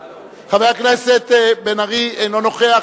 בבקשה.